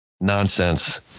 nonsense